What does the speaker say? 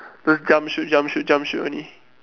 just jump shoot jump shoot jump shoot only